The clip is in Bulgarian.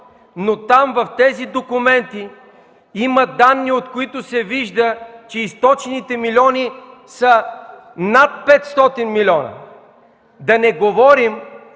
Но там, в тези документи, има данни, от които се вижда, че източените милиони са над 500 милиона. Да не говорим